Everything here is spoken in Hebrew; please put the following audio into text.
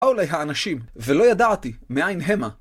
באו אליי האנשים, ולא ידעתי מאין המה.